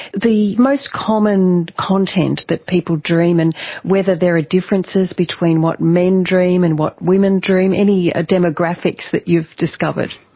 the most common content that people dream and whether there are differences between what men dream and what women dream, any demographics that you've discovered?